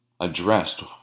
addressed